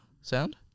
sound